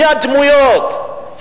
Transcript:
מי הדמויות,